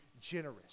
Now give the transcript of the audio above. generous